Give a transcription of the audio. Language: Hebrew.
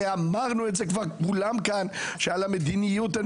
הרי, אמרנו את זה כולם כבר כאן, שעל המדיניות אין